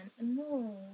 No